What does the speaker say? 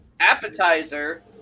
Appetizer